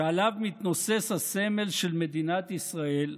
שעליו מתנוסס הסמל של מדינת ישראל,